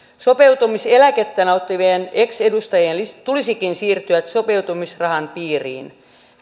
sopeutumiseläkettä nauttivien ex edustajien tulisikin siirtyä sopeutumisrahan piiriin